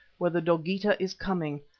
whether dogeetah is coming